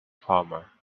farmer